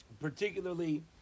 particularly